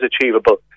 achievable